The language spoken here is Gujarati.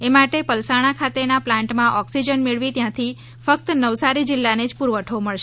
એ માટે પલસાણા ખાતેના પ્લાન્ટમાં ઓક્સિજન મેળવી ત્યાંથી ફક્ત નવસારી જિલ્લાને જ પુરવઠો મળશે